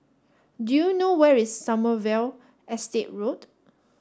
do you know where is Sommerville Estate Road